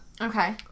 Okay